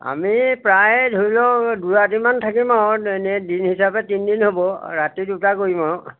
আমি প্ৰায় ধৰি লওক দুৰাতিমান থাকিম আৰু এনেই দিন হিচাপে তিনদিন হ'ব ৰাতি দুটা কৰিম আৰু